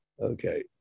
Okay